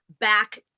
back